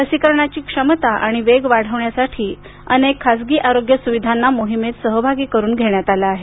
लसीकरणाची क्षमता आणि वेग वाढवण्यासाठी अनेक खासगी आरोग्य सुविधांना मोहिमेत सहभागी करून घेण्यात आलं आहे